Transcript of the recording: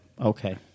okay